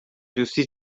دوستی